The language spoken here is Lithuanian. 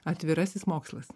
atvirasis mokslas